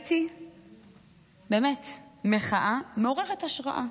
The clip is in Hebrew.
ראיתי באמת מחאה מעוררת השראה.